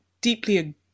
deeply